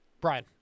Brian